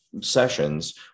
sessions